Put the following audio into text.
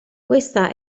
questa